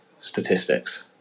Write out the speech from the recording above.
statistics